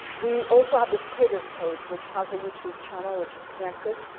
we also have this cadres page which has a youtube channel which is connected,